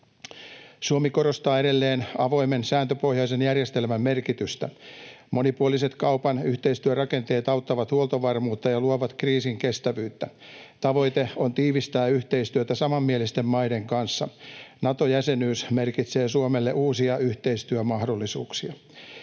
Suomi korostaa edelleen avoimen, sääntöpohjaisen järjestelmän merkitystä. Monipuoliset kaupan yhteistyörakenteet auttavat huoltovarmuutta ja luovat kriisinkestävyyttä. Tavoite on tiivistää yhteistyötä samanmielisten maiden kanssa. Nato-jäsenyys merkitsee Suomelle uusia yhteistyömahdollisuuksia.